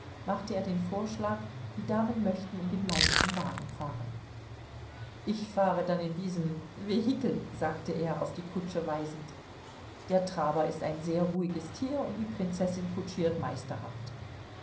machte er den vorschlag die damen möchten in dem leichten wagen fahren ich fahre dann in diesem vehikel sagte er auf die kutsche weisend der traber ist ein sehr ruhiges tier und die prinzessin kutschiert meisterhaft